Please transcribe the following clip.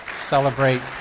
celebrate